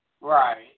Right